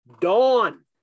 Dawn